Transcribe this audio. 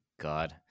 God